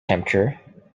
temperature